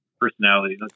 Personality